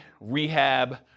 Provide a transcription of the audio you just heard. rehab